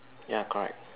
ya correct